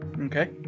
Okay